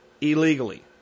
illegally